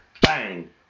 Bang